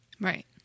Right